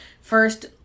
first